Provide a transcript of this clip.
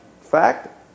fact